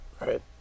Right